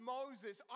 Moses